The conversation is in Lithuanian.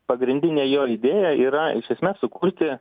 pagrindinė jo idėja yra iš esmės sukurti